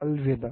अलविदा